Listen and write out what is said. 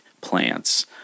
plants